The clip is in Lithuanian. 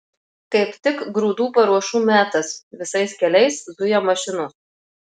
kaip tik grūdų paruošų metas visais keliais zuja mašinos